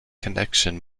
connection